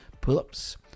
pull-ups